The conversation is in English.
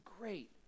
great